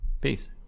Peace